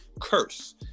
curse